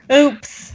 Oops